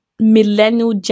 millennial